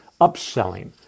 upselling